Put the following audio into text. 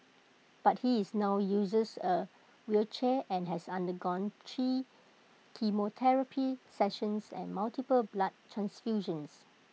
but he is now uses A wheelchair and has undergone three chemotherapy sessions and multiple blood transfusions